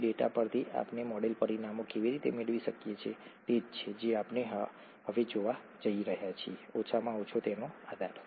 તે ડેટા પરથી આપણે મોડેલ પરિમાણો કેવી રીતે મેળવી શકીએ તે જ છે જે આપણે હવે જોવા જઈ રહ્યા છીએ ઓછામાં ઓછું તેનો આધાર